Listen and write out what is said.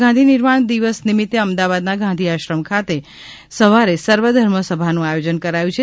આજે ગાંધી નિર્વાણ દિવસ નિમિત્તે અમદાવાદના ગાંધી આશ્રમ ખાતે આજે સવારે સર્વધર્મ સભાનું આયોજન કરાયું છે